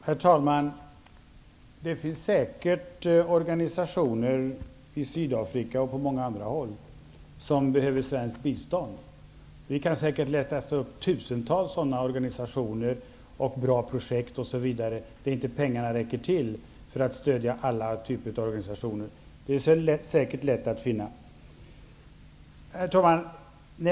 Herr talman! Det finns säkert organisationer i Sydafrika och på många andra håll som behöver svenskt bistånd. Det kan säkert letas upp tusentals sådana organistaioner och bra projekt om pengarna inte räcker till. Det är säkert lätt att finna. Herr talman!